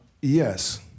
Yes